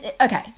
okay